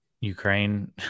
Ukraine